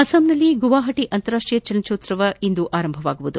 ಅಸ್ಟಾಂನಲ್ಲಿ ಗುವಾಹಟಿ ಅಂತಾರಾಷ್ಟೀಯ ಚಲನಚಿತ್ರೋತ್ಸವ ಇಂದು ಆರಂಭವಾಗಲಿದೆ